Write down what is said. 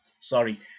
Sorry